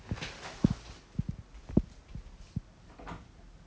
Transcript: ya so 她她那时 Li Min 不是讲没有 liao lor